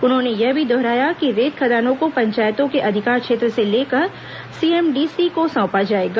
उन्होंने यह भी दोहराया कि रेत खदानों को पंचायतों के अधिकार क्षेत्र से लेकर सीएमडीसी को सौंपा जाएगा